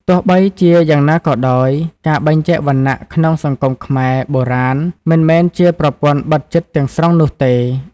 ទោះបីជាយ៉ាងណាក៏ដោយ ការបែងចែកវណ្ណៈក្នុងសង្គមខ្មែរបុរាណមិនមែនជាប្រព័ន្ធបិទជិតទាំងស្រុងនោះទេ។